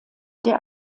der